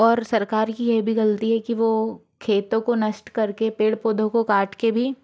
और सरकार की यह भी गलती है कि वो खेतों को नष्ट करके पेड़ पौधों को काट के भी